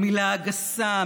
המילה הגסה,